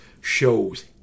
shows